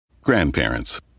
grandparents